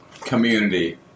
community